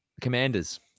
Commanders